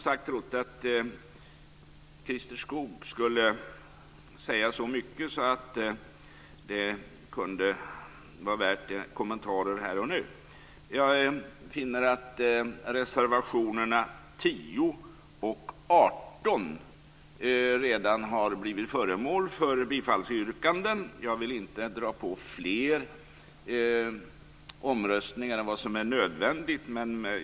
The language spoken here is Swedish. Jag trodde att Christer Skoog skulle säga så mycket att det kunde vara värt att kommentera här och nu. Jag finner att reservationerna 10 och 18 redan har blivit föremål för bifallsyrkanden. Jag vill inte att det skall bli fler omröstningar än vad som är nödvändigt.